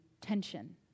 tension